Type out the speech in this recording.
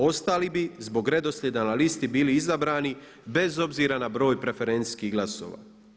Ostali bi zbog redoslijeda na listi bili izabrani bez obzira na broj preferencijskih glasova.